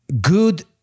good